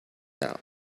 out